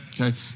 Okay